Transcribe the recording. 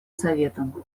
советом